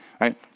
right